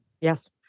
Yes